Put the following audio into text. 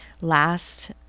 last